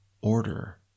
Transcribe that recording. order